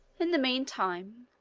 in the mean time,